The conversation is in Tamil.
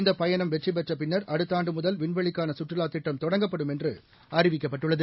இந்தப் பயணம் வெற்றிபெற்ற பின்னர் அடுத்த ஆண்டு முதல் விண்வெளிக்கான கற்றுலாத் திட்டம் தொடங்கப்படும் என்று அறிவிக்கப்பட்டுள்ளது